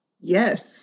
Yes